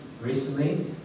recently